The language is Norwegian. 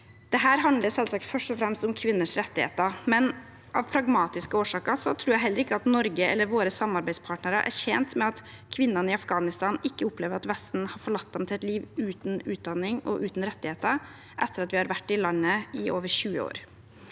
Dette handler selvsagt først og fremst om kvinners rettigheter, men av pragmatiske årsaker tror jeg heller ikke at Norge eller våre samarbeidspartnere er tjent med at kvinnene i Afghanistan opplever at Vesten har forlatt dem til et liv uten utdanning og uten rettigheter etter at vi har vært i landet i over 20 år.